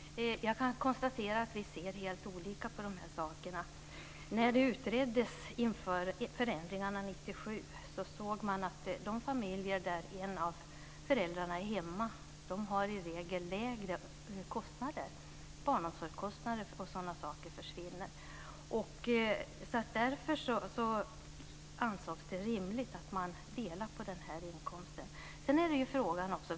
Herr talman! Jag kan konstatera att vi ser helt olika på dessa frågor. I utredningsarbetet inför förändringarna 1997 såg man att de familjer där en av föräldrarna är hemma i regel har lägre kostnader för barnomsorg o.d. Därför ansågs det rimligt att man skulle dela på inkomsten.